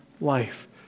life